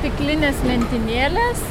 stiklinės lentynėlės